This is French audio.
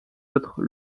autres